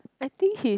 I think he's